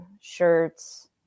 shirts